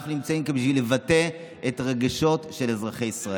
אנחנו נמצאים כאן בשביל לבטא את הרגשות של אזרחי ישראל,